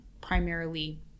primarily